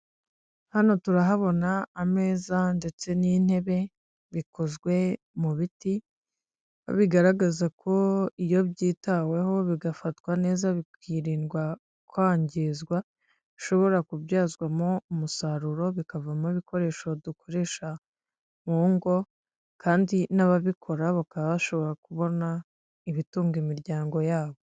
Hano turahabona ameza ndetse n'intebe bikozwe mu biti, bigaragaza ko iyo byitaweho bigafatwa neza bikirindwa kwangizwa, bishobora kubyazwamo umusaruro bikavamo ibikoresho dukoresha mu ngo kandi n'ababikora bakaba bashobora kubona ibitunga imiryango yabo.